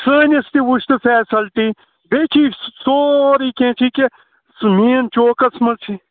سٲنِس تہِ وُچھ تہٕ فیسَلٹی بیٚیہِ چھِ یہِ سورُے کیٚنٛہہ چھُ کہِ سُہ مین چوکَس منٛز چھِ